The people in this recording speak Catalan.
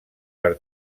per